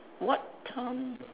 what time